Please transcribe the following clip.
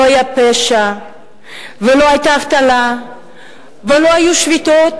היה פשע ולא היתה אבטלה ולא היו שביתות,